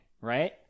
right